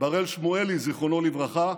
בראל שמואלי, זיכרונו לברכה?